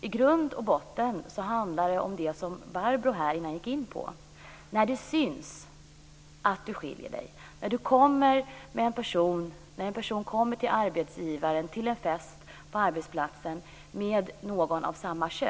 I grund och botten handlar det om det som Barbro gick in på, när det syns att du skiljer dig från mängden, när en person kommer till en fest på arbetsplatsen med någon av samma kön.